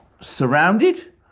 surrounded